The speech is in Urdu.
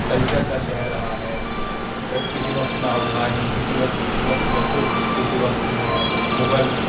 کلچر کا شہر رہا ہے کسی وقت میں افغانی کسی وقت میں ترک کسی وقت میں مغل